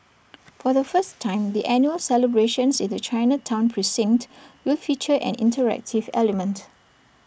for the first time the annual celebrations in the Chinatown precinct will feature an interactive element